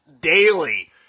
daily